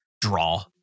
draw